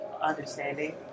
understanding